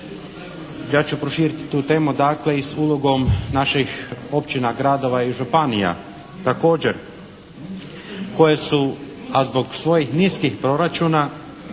Ja ću proširiti tu temu dakle i s ulogom naših općina, gradova i županija također koje su, a zbog svojih niskim proračuna